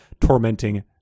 tormenting